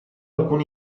alcun